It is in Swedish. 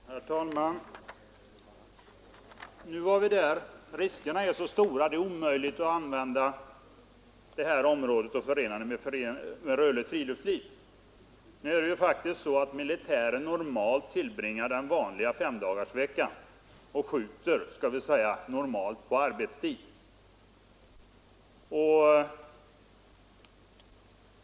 Herr talman! Nu är vi där! Riskerna är så stora att det är omöjligt att använda det här området som militärt övningsfält, säger herr Gustafsson i Uddevalla, och samtidigt använda det för rörligt friluftsliv. Men militären tillämpar den normala femdagarsveckan och skjuter normalt på arbetstid.